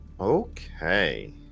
Okay